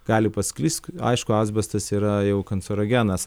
gali pasklisk aišku asbestas yra jau kancerogenas